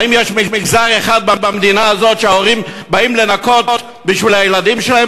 האם יש מגזר אחד במדינה הזאת שההורים באים לנקות בשביל הילדים שלהם,